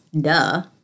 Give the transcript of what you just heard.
Duh